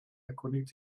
erkundigt